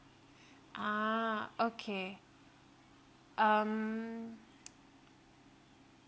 uh okay um